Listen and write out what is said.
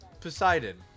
Poseidon